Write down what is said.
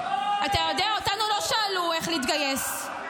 אתה יודע, אותנו לא שאלו איך להתגייס.